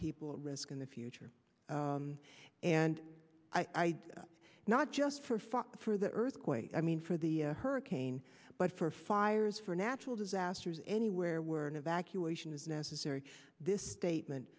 people at risk in the future and i i not just for fun for the earthquake i mean for the hurricane but for fires for natural disasters anywhere where an evacuation is necessary this statement